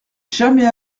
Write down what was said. jamais